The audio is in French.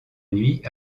nuit